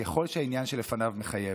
ככל שהעניין שלפניו מחייב,